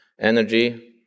energy